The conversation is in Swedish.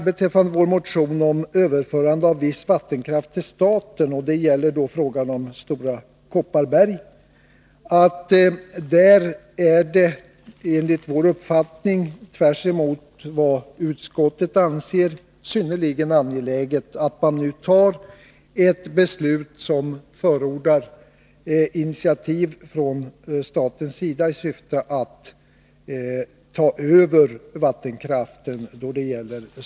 Beträffande vår motion om överförande av viss vattenkraft till staten — det gäller Stora Kopparberg — vill jag säga att det enligt vår uppfattning är synnerligen angeläget att man nu tar ett beslut som förordar initiativ från statens sida i syfte att ta över vattenkraften i Stora Kopparberg.